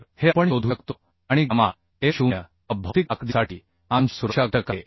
तर हे आपण शोधू शकतो आणि गॅमा एम 0 हा भौतिक ताकदीसाठी आंशिक सुरक्षा घटक आहे